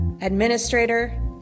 administrator